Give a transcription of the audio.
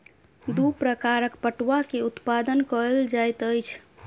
दू प्रकारक पटुआ के उत्पादन कयल जाइत अछि